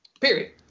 Period